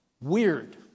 weird